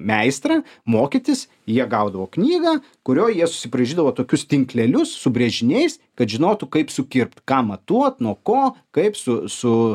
meistrą mokytis jie gaudavo knygą kurioj jie susibraižydavo tokius tinklelius su brėžiniais kad žinotų kaip sukirpt ką matuot nuo ko kaip su su